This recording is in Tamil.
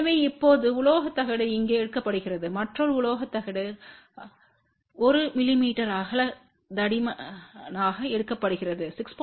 எனவே இப்போது உலோகத் தகடு இங்கே எடுக்கப்படுகிறது மற்றொரு உலோகத் தகடு 1 மிமீ அகல தடிமனாக எடுக்கப்படுகிறது 6